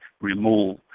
remove